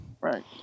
right